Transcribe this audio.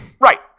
Right